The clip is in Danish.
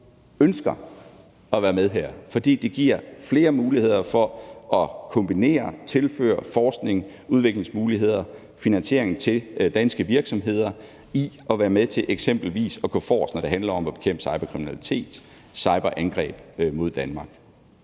ønsker jo at være med her, fordi det giver flere muligheder for at kombinere og tilføre forskning og udviklingsmuligheder finansiering til danske virksomheder til eksempelvis at være med til at gå forrest, når det handler om at bekæmpe cyberkriminalitet, cyberangreb mod Danmark.